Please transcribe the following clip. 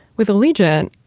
with allegiant,